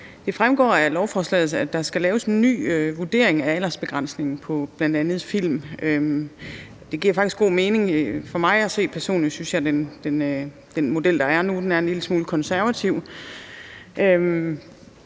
Det fremgår af lovforslaget, at der skal laves en ny vurdering af aldersbegrænsningen på bl.a. film. Det giver faktisk god mening. Personligt synes jeg, at den model, der er nu, er en lille smule konservativ.